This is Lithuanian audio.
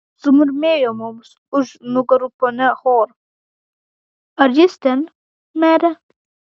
sumurmėjo mums už nugarų ponia hor ar jis ten mere